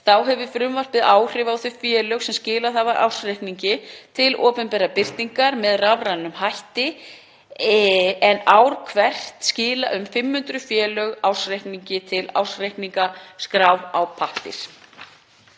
Þá hefur frumvarpið áhrif á þau félög sem skilað hafa ársreikningi til opinberrar birtingar með rafrænum hætti en ár hvert skila um 500 félög ársreikningi til ársreikningaskrár á pappír.